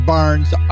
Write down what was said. Barnes